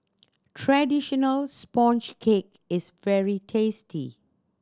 traditional sponge cake is very tasty